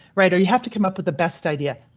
right? or you have to come up with the best idea.